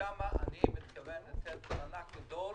שם אני מתכוון לתת מענק גדול